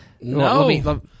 No